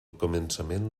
començament